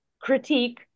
critique